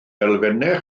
elfennau